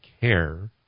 care